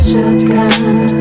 Sugar